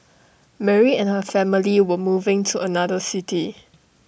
Mary and her family were moving to another city